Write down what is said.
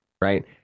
Right